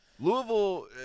Louisville